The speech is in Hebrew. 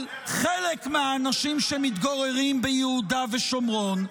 חלק מהאנשים שמתגוררים ביהודה ושומרון.